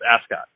Ascot